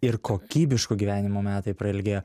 ir kokybiškų gyvenimo metai prailgėjo